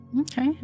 Okay